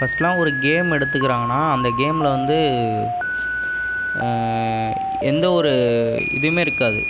ஃபர்ஸ்ட்லாம் ஒரு கேம் எடுத்துக்குகிறாங்கன்னா அந்த கேமில் வந்து எந்தவொரு இதுவுமே இருக்காது